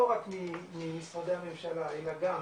לא רק ממשרדי הממשלה אלא גם